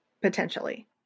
potentially